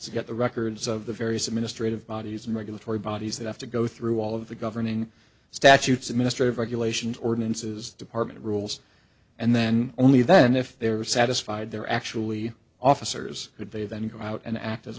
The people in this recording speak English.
to get the records of the various administrative bodies and regulatory bodies that have to go through all of the governing statutes administrative regulations ordnances department rules and then only then if they're satisfied they're actually officers could they then go out and act as